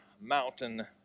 mountain